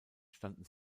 standen